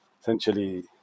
essentially